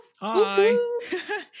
Hi